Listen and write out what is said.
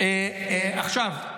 עכשיו,